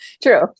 True